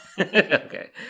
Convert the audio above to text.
Okay